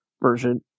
version